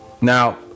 Now